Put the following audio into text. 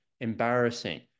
embarrassing